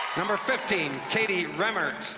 number fifteen, katie remmert.